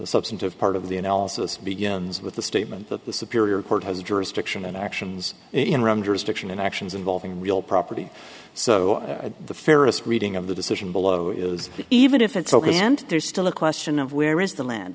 substantive part of the analysis begins with the statement that the superior court has jurisdiction and actions in rome jurisdiction in actions involving real property so the fairest reading of the decision below is even if it's ok and there's still the question of where is the land